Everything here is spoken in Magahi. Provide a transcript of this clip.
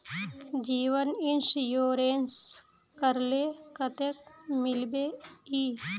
जीवन इंश्योरेंस करले कतेक मिलबे ई?